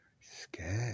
Scared